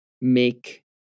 make